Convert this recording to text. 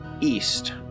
east